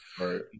right